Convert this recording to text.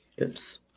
Oops